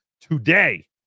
today